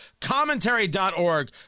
commentary.org